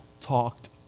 talked